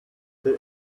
they